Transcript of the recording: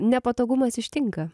nepatogumas ištinka